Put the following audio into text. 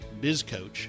bizcoach